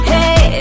Hey